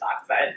oxide